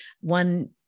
one